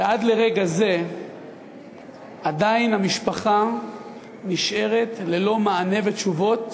ועד לרגע זה עדיין המשפחה נשארת ללא מענה ותשובות